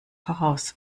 voraus